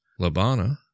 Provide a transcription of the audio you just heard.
Labana